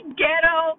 ghetto